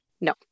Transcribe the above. No